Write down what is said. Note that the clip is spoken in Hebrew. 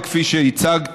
כפי שהצגת,